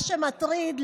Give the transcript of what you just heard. מה שמטריד,